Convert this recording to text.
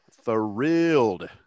thrilled